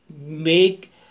Make